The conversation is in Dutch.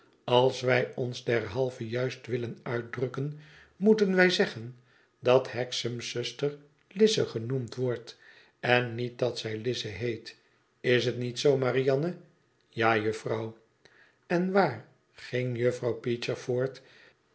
als wij ons derhalve juist willen uitdrukken moeten wij zeggen dat hexam's zuster lize genoemd wordt en niet dat zij lize heet is het niet zoo marianne ja juffrouw en waar ging juffrouw peecher voort